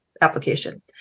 application